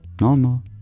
normal